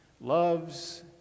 loves